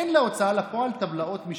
אין להוצאה לפועל טבלאות משלה.